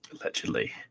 Allegedly